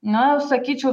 na sakyčiau